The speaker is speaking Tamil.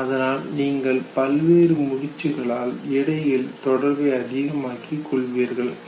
அதனால் நீங்கள் பல்வேறு முடிச்சுகளால் இடையில் தொடர்பை அதிகமாக்கிக் கொள்வீர்கள்